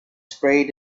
sprayed